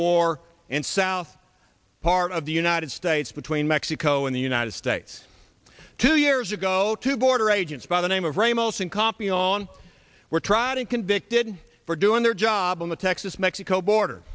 war in south part of the united states between mexico and the united states two years ago two border agents by the name of ramos and campeon on were tried and convicted for doing their job in the texas mexico border